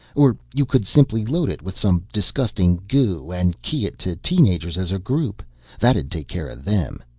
or you could simply load it with some disgusting goo and key it to teen-agers as a group that'd take care of them.